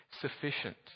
sufficient